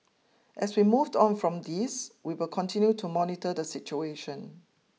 as we moved on from this we will continue to monitor the situation